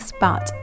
Spot，